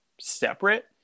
separate